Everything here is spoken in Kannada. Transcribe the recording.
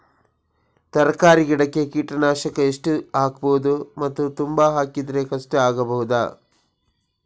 ತರಕಾರಿ ಗಿಡಕ್ಕೆ ಕೀಟನಾಶಕ ಎಷ್ಟು ಹಾಕ್ಬೋದು ಮತ್ತು ತುಂಬಾ ಹಾಕಿದ್ರೆ ಕಷ್ಟ ಆಗಬಹುದ?